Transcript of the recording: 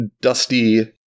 dusty